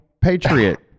patriot